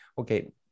Okay